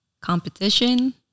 competition